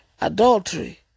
adultery